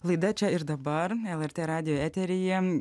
laida čia ir dabar lrt radijo eteryje